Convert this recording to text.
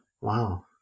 Wow